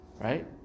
Right